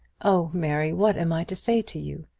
oh, mary, what am i to say to you?